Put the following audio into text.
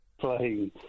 playing